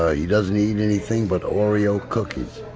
ah he doesn't eat anything but oreo cookies.